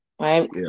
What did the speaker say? Right